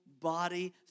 body